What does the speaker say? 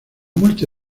muerte